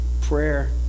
prayer